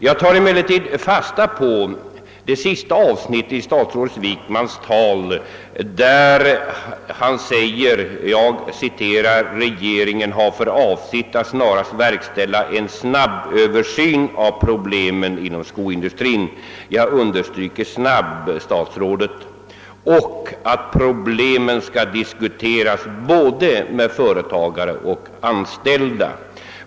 Jag tar emellertid fasta på vad som sägs i det sista avsnittet i statsrådet Wickmans anförande där det framhålles: »Regeringen har för avsikt att snarast verkställa en snabböversyn av problemen inom skoindustrin.» Jag vill, herr statsråd, understryka stavelsen snabb och anser att problemen skall diskuteras med både företagare och anställda.